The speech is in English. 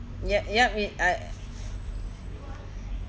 yup yup it I